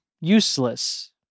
useless